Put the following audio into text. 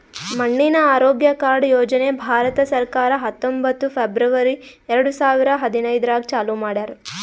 ಮಣ್ಣಿನ ಆರೋಗ್ಯ ಕಾರ್ಡ್ ಯೋಜನೆ ಭಾರತ ಸರ್ಕಾರ ಹತ್ತೊಂಬತ್ತು ಫೆಬ್ರವರಿ ಎರಡು ಸಾವಿರ ಹದಿನೈದರಾಗ್ ಚಾಲೂ ಮಾಡ್ಯಾರ್